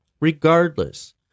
Regardless